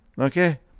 Okay